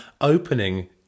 opening